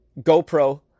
GoPro